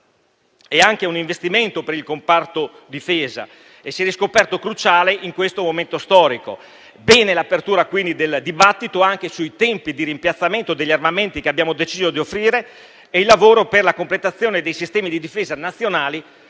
di un investimento per il comparto difesa che si è riscoperto cruciale in questo momento storico. Bene quindi l'apertura del dibattito anche sui tempi di rimpiazzamento degli armamenti che abbiamo deciso di offrire e il lavoro per il completamento dei sistemi di difesa nazionali,